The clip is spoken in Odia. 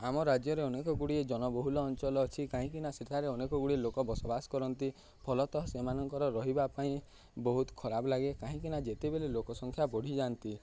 ଆମ ରାଜ୍ୟରେ ଅନେକ ଗୁଡ଼ିଏ ଜନବହୁଲ ଅଞ୍ଚଲ ଅଛି କାହିଁକିନା ସେଠାରେ ଅନେକ ଗୁଡ଼ିଏ ଲୋକ ବସବାସ କରନ୍ତି ଫଳତଃ ସେମାନଙ୍କର ରହିବା ପାଇଁ ବହୁତ ଖରାପ ଲାଗେ କାହିଁକିନା ଯେତେବେଲେ ଲୋକ ସଂଖ୍ୟା ବଢ଼ିଯାଆନ୍ତି